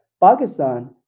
Pakistan